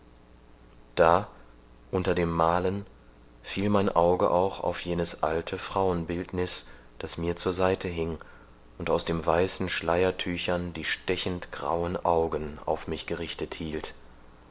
da unter dem malen fiel mein auge auch auf jenes alte frauenbildniß das mir zur seite hing und aus den weißen schleiertüchern die stechend grauen augen auf mich gerichtet hielt